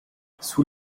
sous